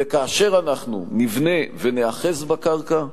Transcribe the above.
וכאשר אנחנו נבנה וניאחז בקרקע,